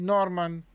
Norman